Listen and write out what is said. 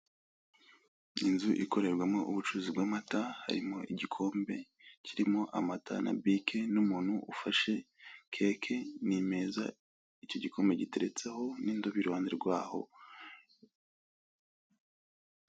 Inzu ikorerwamo ubucuruzi bw'amata irimo igikombe kirimo amata na bike n'umuntu ufashe keke n'imeza icyo gikombe giteretseho n'indobo iruhande rwaho.